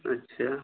अच्छा